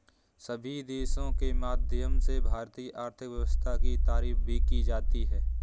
सभी देशों के माध्यम से भारतीय आर्थिक व्यवस्था की तारीफ भी की जाती है